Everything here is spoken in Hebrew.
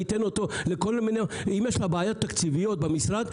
אם יש לה בעיות תקציביות במשרד,